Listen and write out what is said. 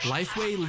LifeWay